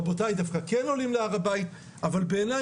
רבותי דווקא כן עולים להר הבית אבל בעיני,